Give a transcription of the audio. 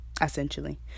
essentially